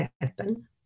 happen